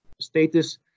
status